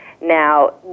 Now